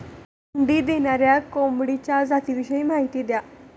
अंडी देणाऱ्या कोंबडीच्या जातिविषयी माहिती द्या